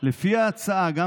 למה אתם אומרים שאי-אפשר להפגין?